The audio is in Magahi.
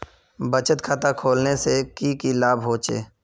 बचत खाता खोलने से की की लाभ होचे?